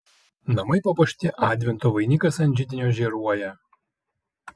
namai papuošti advento vainikas ant židinio žėruoja